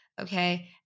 okay